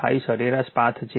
5 સરેરાશ પાથ છે